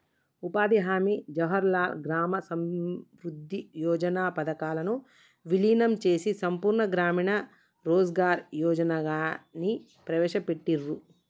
ఉపాధి హామీ, జవహర్ గ్రామ సమృద్ధి యోజన పథకాలను వీలీనం చేసి సంపూర్ణ గ్రామీణ రోజ్గార్ యోజనని ప్రవేశపెట్టిర్రు